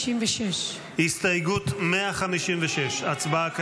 156. הסתייגות 156, הצבעה כעת.